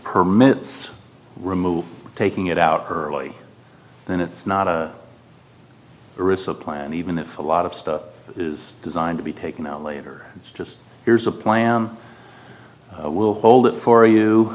permits removal taking it out early then it's not a resupply and even if a lot of stuff is designed to be taken out later it's just here's a plan we'll hold it for you